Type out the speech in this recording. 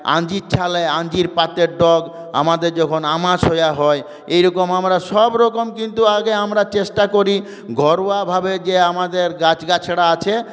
আঁঞ্জির ছালে আঁঞ্জির পাতের ডগ আমাদের যখন আমাশয় হয় এরকম আমরা সবরকম কিন্তু আগে আমরা চেষ্টা করি ঘরোয়াভাবে যে আমাদের গাছগাছরা আছে